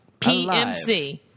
PMC